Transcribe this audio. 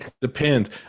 depends